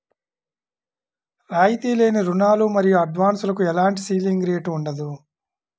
రాయితీ లేని రుణాలు మరియు అడ్వాన్సులకు ఎలాంటి సీలింగ్ రేటు ఉండదు